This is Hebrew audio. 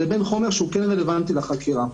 לבין חומר שרלוונטי לחקירה.